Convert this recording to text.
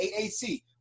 AAC